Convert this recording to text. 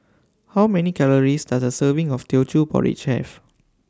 How Many Calories Does A Serving of Teochew Porridge Have